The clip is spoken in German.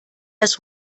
das